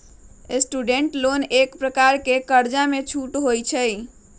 student loan एक प्रकार के कर्जामें छूट होइ छइ